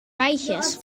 bijtjes